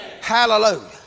Hallelujah